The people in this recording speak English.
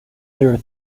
their